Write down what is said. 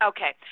Okay